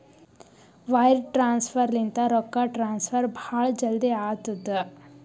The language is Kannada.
ವೈರ್ ಟ್ರಾನ್ಸಫರ್ ಲಿಂತ ರೊಕ್ಕಾ ಟ್ರಾನ್ಸಫರ್ ಭಾಳ್ ಜಲ್ದಿ ಆತ್ತುದ